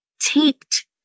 taped